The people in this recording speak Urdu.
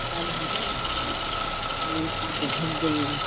کل ہی ٹائم نکال کے بھیج دیں گے